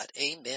Amen